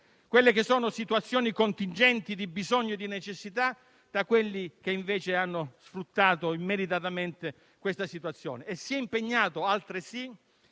distinguendo situazioni contingenti di bisogno e di necessità da quelli che invece hanno sfruttato immeritatamente questa situazione. Si è impegnato, altresì,